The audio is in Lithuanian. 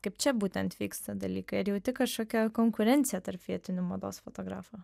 kaip čia būtent vyksta dalykai ar jauti kažkokią konkurenciją tarp vietinių mados fotografų